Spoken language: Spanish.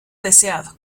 deseado